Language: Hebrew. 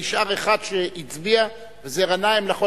נשאר אחד שהצביע, וזה חבר הכנסת גנאים.